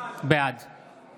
בעד